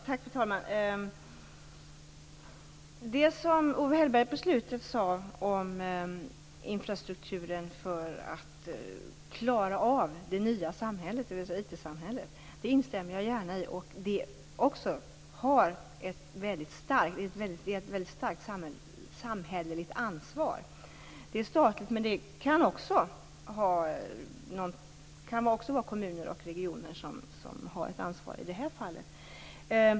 Fru talman! Det som Owe Hellberg sade på slutet, om infrastrukturens roll för att klara av det nya samhället, IT-samhället, instämmer jag gärna i. Det är också ett väldigt starkt samhälleligt ansvar. Det är ett statligt ansvar, men också kommuner och regioner kan ha ett ansvar i det här fallet.